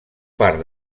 part